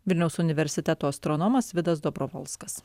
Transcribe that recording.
vilniaus universiteto astronomas vidas dobrovolskas